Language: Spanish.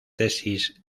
tesis